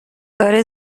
داره